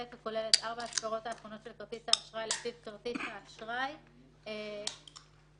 ארבע הספרות האחרונות של כרטיס האשראי או כרטיס